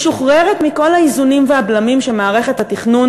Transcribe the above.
משוחררת מכל האיזונים והבלמים שמערכת התכנון